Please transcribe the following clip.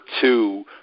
two